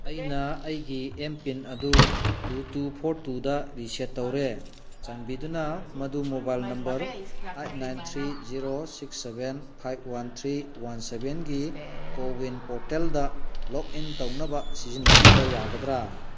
ꯑꯩꯅ ꯑꯩꯒꯤ M PIN ꯑꯗꯨ ꯇꯨ ꯇꯨ ꯐꯣꯔ ꯇꯨꯗ ꯔꯤꯁꯦꯠ ꯇꯧꯔꯦ ꯆꯥꯟꯕꯤꯗꯨꯅ ꯃꯗꯨ mobile number eight nine three zero six seven five one three one ꯁꯕꯦꯟꯒꯤ ꯀꯣꯋꯤꯟ ꯄꯣꯔꯇꯦꯜꯗ ꯂꯣꯛ ꯏꯟ ꯇꯧꯅꯕ ꯁꯤꯖꯤꯟꯅꯕꯤꯕ ꯌꯥꯒꯗ꯭ꯔꯥ